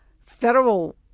federal